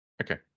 Okay